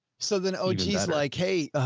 so then ots like, hey,